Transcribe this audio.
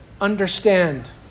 Understand